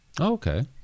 Okay